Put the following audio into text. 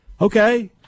okay